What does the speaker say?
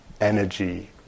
energy